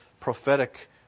prophetic